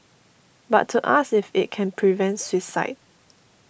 but to ask if it can prevent suicide